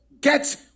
Get